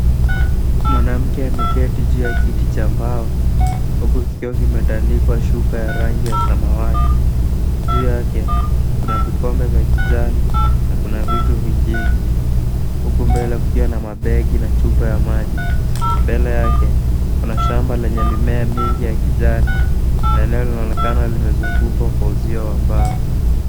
Mwanamke ameketi juu ya kiti cha mbao huku kikiwa kimetandikwa shuka ya rangi ya samawati. Juu yake, kuna vikombe vya kijani na kuna vitu vingine huku mbele kukiwa na mabegi na chupa ya maji. Mbele yake, kuna shamba lenye mimea mingi ya kijani na eneo linaonekana limezungukwa kwa uzio wa mbao.